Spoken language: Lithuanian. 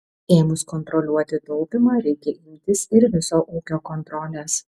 ėmus kontroliuoti taupymą reikia imtis ir viso ūkio kontrolės